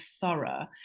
thorough